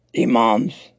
Imams